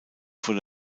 von